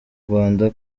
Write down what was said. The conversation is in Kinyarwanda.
rwanda